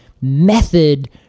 method